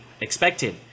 expected